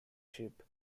ship